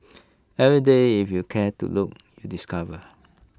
every day if you care to look you discover